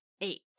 eight